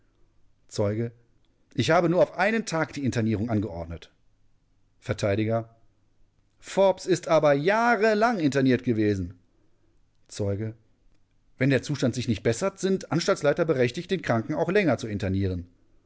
zeuge ich habe nur auf einen tag die internierung angeordnet vert forbes ist aber jahrelang interniert gewesen zeuge wenn der zustand sich nicht bessert sind die anstaltsleiter berechtigt den kranken auch länger zu internieren